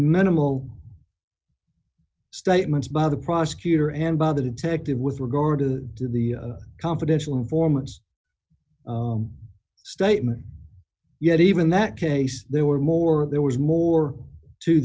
minimal statements by the prosecutor and by the detective with regard to the confidential informants statement yet even that case there were more there was more to